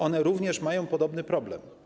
One również mają podobny problem.